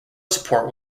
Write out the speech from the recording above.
support